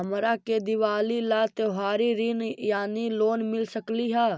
हमरा के दिवाली ला त्योहारी ऋण यानी लोन मिल सकली हे?